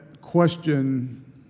question